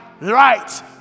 right